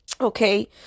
Okay